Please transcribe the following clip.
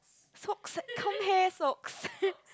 socks come here socks